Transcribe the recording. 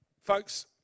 Folks